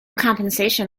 compensation